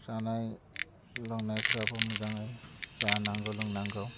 जानाय लोंनायफ्राबो मोजाङै जानांगौ लोंनांगौ